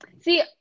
See